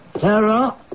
Sarah